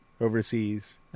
overseas